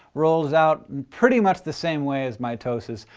rolls out in pretty much the same way as mitosis.